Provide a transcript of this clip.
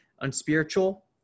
unspiritual